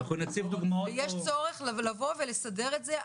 ויש צורך לבוא ולסדר את זה,